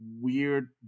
weird